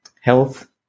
Health